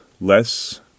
less